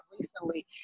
recently